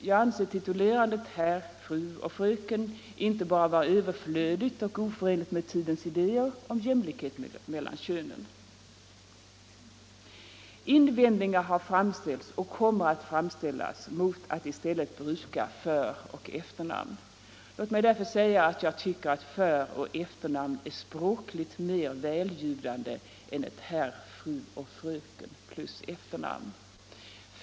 Jag anser titulerandet herr, fru och fröken vara inte bara överflödigt utan också oförenligt med tidens idéer om jämlikhet mellan könen. Härvidlag bör riksdagen gå före med gott exempel. Invändningar har framställts och kommer att framställas mot att i stället bruka föroch efternamn. Låt mig därför säga att jag tycker att föroch efternamn är språkligt mer välljudande än ett herr, fru eller fröken plus efternamn.